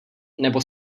nebo